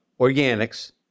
organics